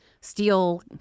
steel